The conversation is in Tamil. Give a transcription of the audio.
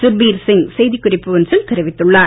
சுர்பீர் சிங் செய்தி குறிப்பு ஒன்றில் தெரிவித்துள்ளார்